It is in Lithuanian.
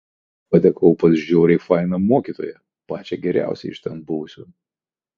patekau pas žiauriai fainą mokytoją pačią geriausią iš ten buvusių